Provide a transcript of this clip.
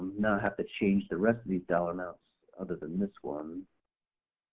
not have to change the rest of these dollar amounts other than this one.